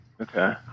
Okay